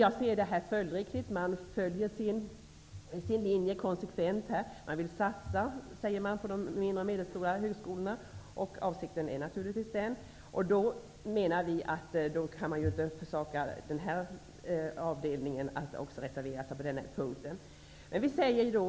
Jag ser detta som följdriktigt. De följer här sin linje konsekvent och vill satsa på de mindre och medelstora högskolorna. Då menar vi att man inte kan försaka att reservera sig också på den här punkten.